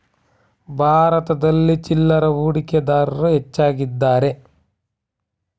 ಭಾರತದಲ್ಲಿ ಚಿಲ್ಲರೆ ಹೂಡಿಕೆದಾರರು ಹೆಚ್ಚಾಗಿದ್ದಾರೆ